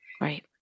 Right